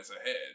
ahead